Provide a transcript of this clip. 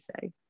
say